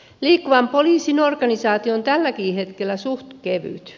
liikkuvan poliisin organisaatio on tälläkin hetkellä suht kevyt